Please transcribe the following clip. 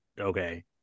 Okay